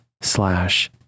slash